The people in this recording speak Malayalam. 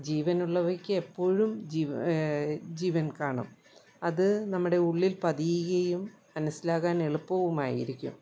ജീവനുള്ളവയ്ക്ക് എപ്പോഴും ജീവൻ കാണും അത് നമ്മുടെ ഉള്ളിൽ പതിയുകയും മനസ്സിലാകാൻ എളുപ്പവുമായിരിക്കും